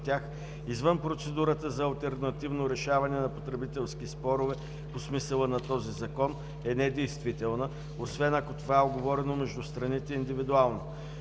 тях, извън процедурата за алтернативно решаване на потребителски спорове по смисъла на този закон, е недействителна, освен ако това е уговорено между страните индивидуално.“